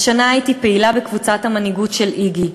"השנה הייתי פעילה בקבוצת המנהיגות של 'איגי'.